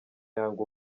yanga